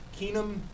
Keenum